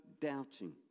doubting